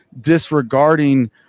disregarding